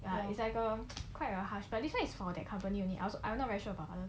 well it's like a quite a harsh but this one is for that company only I was I'm not very sure others